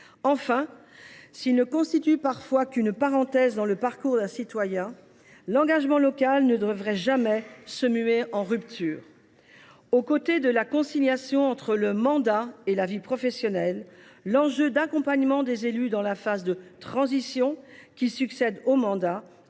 Enfin, s’il ne constitue parfois qu’une parenthèse dans le parcours d’un citoyen, l’engagement local ne devrait jamais se muer en rupture. En plus de la conciliation du mandat avec la vie professionnelle, l’accompagnement des élus durant la phase de transition qui succède au mandat